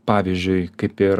pavyzdžiui kaip ir